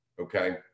okay